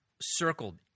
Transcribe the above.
circled